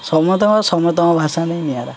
ସମସ୍ତଙ୍କ ସମସ୍ତଙ୍କ ଭାଷା ନେଇ ନିଆରା